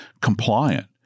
compliant